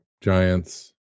Giants